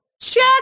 check